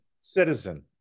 Citizen